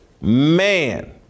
man